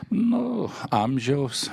nu amžiaus